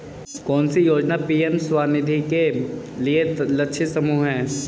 कौन सी योजना पी.एम स्वानिधि के लिए लक्षित समूह है?